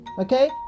Okay